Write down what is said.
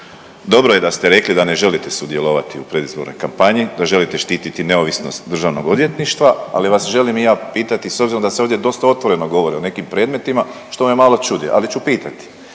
Dobro je da ste rekli da ne želite sudjelovati u predizbornoj kampanji, da želite štititi neovisnost državnog odvjetništva, ali vas želim i ja pitati s obzirom da se ovdje dosta otvoreno govori o nekim predmetima, što me malo čudi, ali ću pitati.